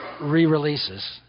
re-releases